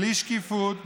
בלי שקיפות,